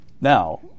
Now